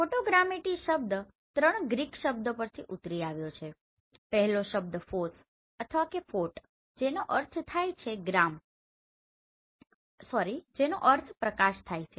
photogrammetry શબ્દ ત્રણ Greek શબ્દો પરથી ઉતરી આવ્યો છે પહેલો શબ્દ ફોસ અથવા ફોટ જેનો અર્થ પ્રકાશ થાય છે